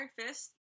Fist